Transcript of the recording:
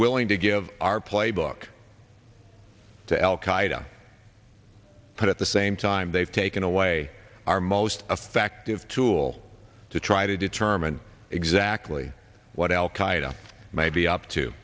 willing to give our playbook to al qaeda but at the same time they've taken away our most effective tool to try to determine exactly what al qaeda may be up to